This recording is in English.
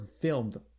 filmed